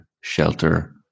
shelter